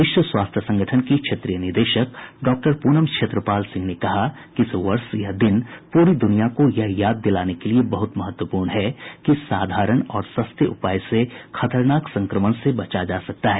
विश्व स्वास्थ्य संगठन की क्षेत्रीय निदेशक डॉक्टर प्रनम क्षेत्रपाल सिंह ने कहा कि इस वर्ष यह दिन पूरी दुनिया को यह याद दिलाने के लिए बहुत महत्वपूर्ण है कि इस साधारण और सस्ते उपाय से खतरनाक संक्रमण से बचा जा सकता है